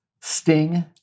Sting